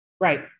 Right